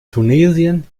tunesien